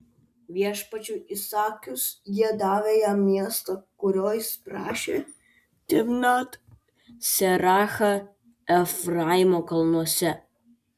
viešpačiui įsakius jie davė jam miestą kurio jis prašė timnat serachą efraimo kalnuose